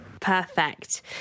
Perfect